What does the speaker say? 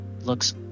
looks